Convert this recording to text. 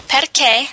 Perché